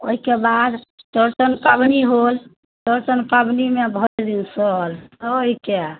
ओहिके बाद चौरचन पाबनि होल चौरचन पाबनिमे भरिदिन सहल सहिकऽ